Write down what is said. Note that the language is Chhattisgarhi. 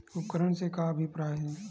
उपकरण से का अभिप्राय हे?